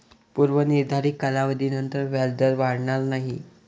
पूर्व निर्धारित कालावधीनंतर व्याजदर वाढणार नाही